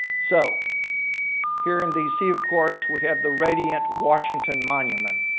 so here in dc of course we have the radiant washington monument.